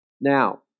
Now